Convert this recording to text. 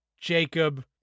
Jacob